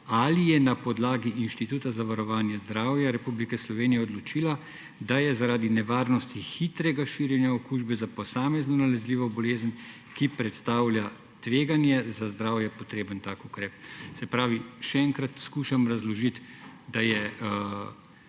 ali je na podlagi Inštituta za varovanje zdravja Republike Slovenije odločila, da je zaradi nevarnosti hitrega širjenja okužbe za posamezno nalezljivo bolezen, ki predstavlja tveganje za zdravje, potreben tak ukrep. Se pravi, še enkrat skušam razložiti, da je